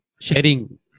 sharing